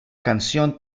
canción